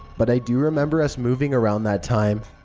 but i do remember us moving around that time.